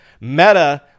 Meta